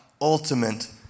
ultimate